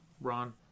Ron